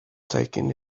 taking